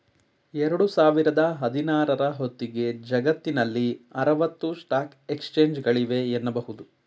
ಎರಡು ಸಾವಿರದ ಹದಿನಾರ ರ ಹೊತ್ತಿಗೆ ಜಗತ್ತಿನಲ್ಲಿ ಆರವತ್ತು ಸ್ಟಾಕ್ ಎಕ್ಸ್ಚೇಂಜ್ಗಳಿವೆ ಎನ್ನುಬಹುದು